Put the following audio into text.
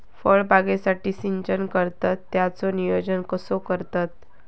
फळबागेसाठी सिंचन करतत त्याचो नियोजन कसो करतत?